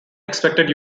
expected